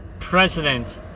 president